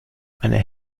einer